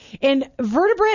Invertebrate